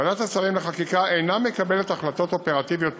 ועדת השרים לחקיקה אינה מקבלת החלטות אופרטיביות פרטניות,